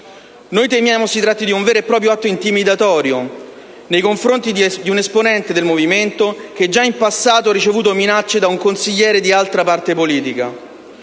Noi temiamo si tratti di un vero e proprio atto intimidatorio, nei confronti di un esponente del Movimento che già in passato ha ricevuto minacce da un consigliere di altra parte politica.